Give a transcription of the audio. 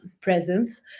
presence